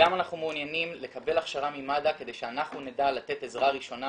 אנחנו גם מעוניינים לקבל הכשרה ממד"א כדי שאנחנו נדע לתת עזרה ראשונה